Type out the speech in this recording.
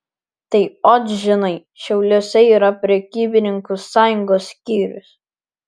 tai ot žinai šiauliuose yra prekybininkų sąjungos skyrius